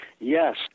yes